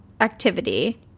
activity